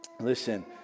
listen